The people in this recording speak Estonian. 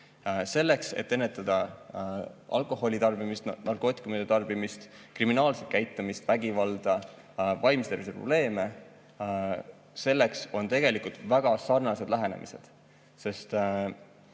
Selleks, et ennetada alkoholi tarbimist, narkootikumide tarbimist, kriminaalset käitumist, vägivalda, vaimse tervise probleeme, on tegelikult väga sarnased lähenemised, sest